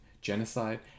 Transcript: genocide